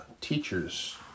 teachers